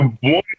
One